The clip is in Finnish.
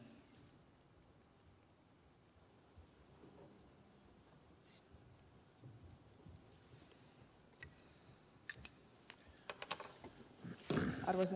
arvoisa herra puhemies